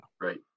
right